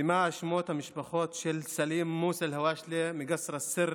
במה אשמות המשפחות של סלים מוסא אלהואשלה מקסר א-סר,